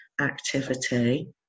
activity